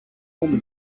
woman